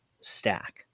stack